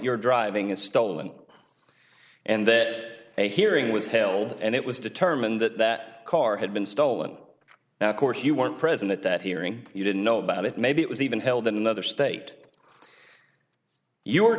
you're driving is stolen and that a hearing was held and it was determined that that car had been stolen now of course you weren't present at that hearing you didn't know about it maybe it was even held in another state you were